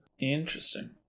Interesting